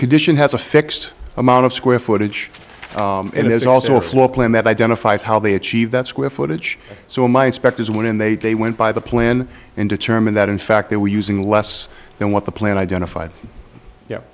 condition has a fixed amount of square footage and there's also a floor plan that identifies how they achieve that square footage so my inspectors went in they they went by the plan and determined that in fact they were using less than what the plan identified yep